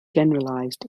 generalized